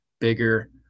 bigger